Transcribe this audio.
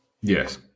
Yes